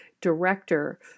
director